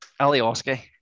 Alioski